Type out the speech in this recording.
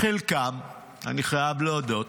חלקם, אני חייב להודות,